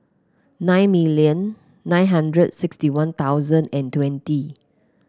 nine million nine hundred sixty One Thousand and twenty